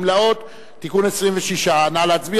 (גמלאות) (תיקון מס' 26) נא להצביע.